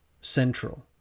central